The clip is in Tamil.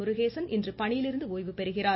முருகேசன் இன்று பணியிலிருந்து ஓய்வு பெறுகிறார்